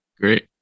Great